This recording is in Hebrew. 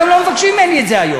גם לא מבקשים ממני את זה היום,